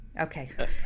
okay